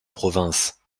province